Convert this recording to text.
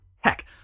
Heck